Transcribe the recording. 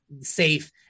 safe